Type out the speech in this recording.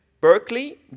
Berkeley